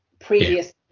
previous